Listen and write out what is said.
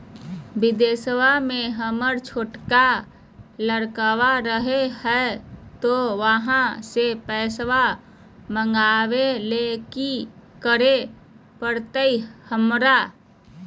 बिदेशवा में हमर छोटका लडकवा रहे हय तो वहाँ से पैसा मगाबे ले कि करे परते हमरा?